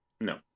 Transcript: No